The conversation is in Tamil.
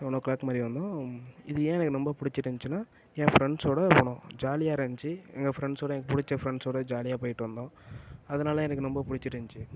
செவன் ஓ கிளாக் மாதிரி வந்தோம் இது ஏன் எனக்கு ரொம்ப பிடிச்சிருந்ச்சினா என் ஃப்ரெண்ட்ஸோடு போனோம் ஜாலியாக இருந்துச்சு எங்கள் ஃப்ரெண்ட்ஸோடு எங்க பிடிச்ச ஃப்ரெண்ட்ஸோடு ஜாலியாக போய்விட்டு வந்தோம் அதனால் எனக்கு நொம்ப பிடிச்சிருந்ச்சு